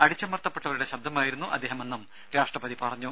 അടിച്ചമർത്തപ്പെട്ടവരുടെ ശബ്ദമായിരുന്നു അദ്ദേഹമെന്നും രാഷ്ട്രപതി പറഞ്ഞു